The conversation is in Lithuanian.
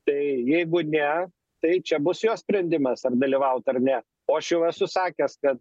tai jeigu ne tai čia bus jos sprendimas ar dalyvaut ar ne o aš jau esu sakęs kad